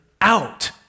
out